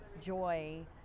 joy